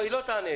היא לא תענה,